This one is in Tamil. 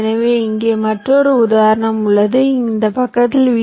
எனவே இங்கே மற்றொரு உதாரணம் உள்ளது இந்த பக்கத்திலிருந்து வி